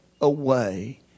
away